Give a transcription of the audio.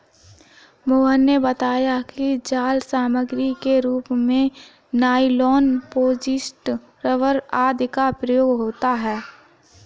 मोहन ने बताया कि जाल सामग्री के रूप में नाइलॉन, पॉलीस्टर, रबर आदि का प्रयोग होता है